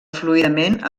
fluidament